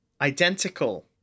identical